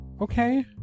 Okay